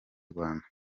rwanda